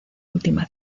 última